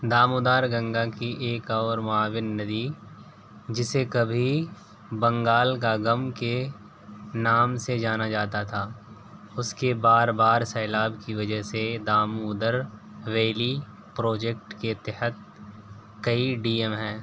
دامودار گنگا کی ایک اور معاون ندی جسے کبھی بنگال کا غم کے نام سے جانا جاتا تھا اس کے بار بار سیلاب کی وجہ سے دامودر ویلی پروجیکٹ کے تحت کئی ڈی ایم ہیں